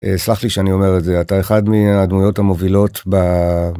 סלח לי שאני אומר את זה, אתה אחד מהדמויות המובילות ב...